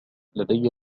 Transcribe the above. لدي